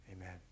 Amen